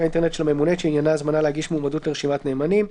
האינטרנט של הממונה שעניינה הזמנה להגיש מועמדות לרשימת נאמנים,